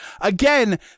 Again